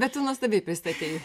bet tu nuostabiai pristatei